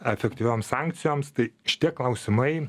efektyvioms sankcijoms tai šitie klausimai